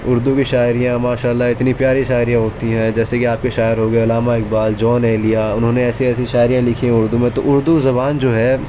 اردو کی شاعری ماشا اللہ اتنی پیاری شاعری ہوتی ہیں جیسے کہ آپ کے شاعر ہو گئے علامہ اقبال جون ایلیا انہوں نے ایسی ایسی شاعری لکھی ہیں اردو میں تو اردو زبان جو ہے